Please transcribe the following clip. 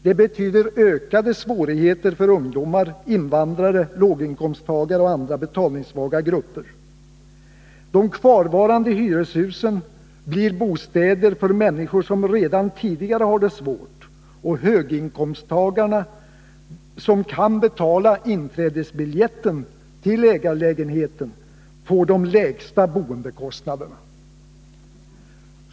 Det betyder ökade svårigheter för ungdomar, invandrare, låginkomsttagare och andra betalningssvaga grupper. De kvarvarande hyreshusen blir bostäder för de människor som redan tidigare har det svårt, och höginkomsttagarna som kan betala inträdesbiljetten till ägarlägenhet får de lägsta boendekostnaderna.